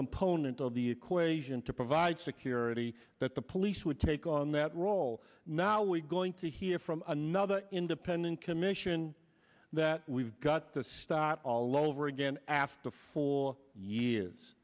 component of the equation to provide security that the police would take on that role now we going to hear from another independent commission that we've got to start all over again after four years